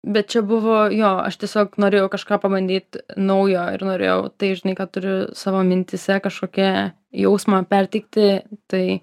bet čia buvo jo aš tiesiog norėjau kažką pabandyt naujo ir norėjau tai žinai ką turiu savo mintyse kažkokią jausmą perteikti tai